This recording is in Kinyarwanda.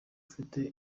afite